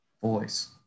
voice